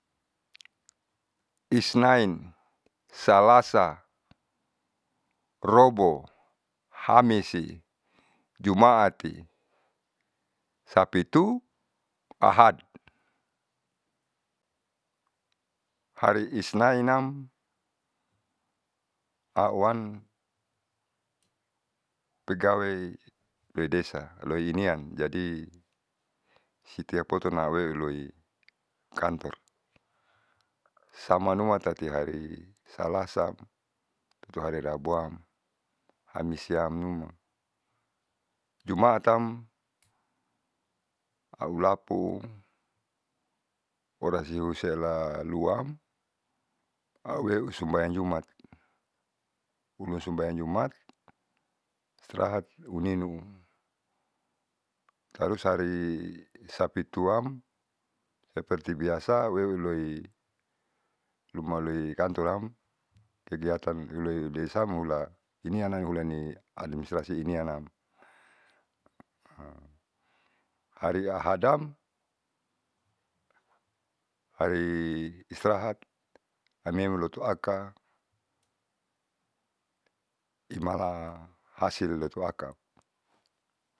Isnain salasa robo kamisi jumaati sapitu ahad hari isnainam auwan pegawai loidesa loinian jadi setiap potunaue loikantor. Samuanuma tati hari salasaam tati hari rabuah kamisiamnima jumaatam aulapu orasiuselaluam aueu sumabayang jumat pulan sumbayang jumat strahat uninu. Tarus harii sapituam seperti biasa weuelui lumaloikantoram kegiatan iloi desa mula inianam ulai administrasi inianam hari ahadam harii israhat ameume loto aka imaha hasil loto aka.